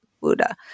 Buddha